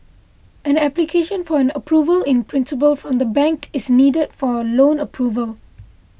an application for an Approval in Principle from the bank is needed for loan approval